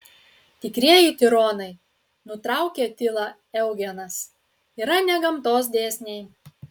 tikrieji tironai nutraukė tylą eugenas yra ne gamtos dėsniai